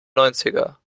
neunziger